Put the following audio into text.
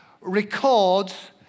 records